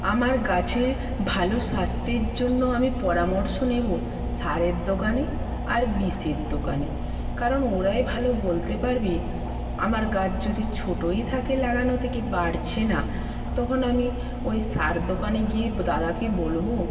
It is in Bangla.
আমার গাছের ভালো স্বাস্থের জন্য আমি পরামর্শ নেবো সারের দোকানে আর বিষের দোকানে কারণ ওরাই ভালো বলতে পারবে আমার গাছ যদি ছোটোই থাকে লাগানো থেকে বাড়ছে না তখন আমি ওই সার দোকানে গিয়ে দাদাকে বলবো